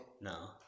No